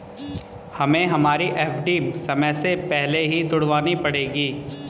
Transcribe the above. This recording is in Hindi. हमें हमारी एफ.डी समय से पहले ही तुड़वानी पड़ेगी